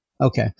Okay